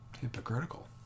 hypocritical